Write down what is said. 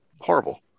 Horrible